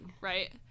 Right